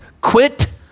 Quit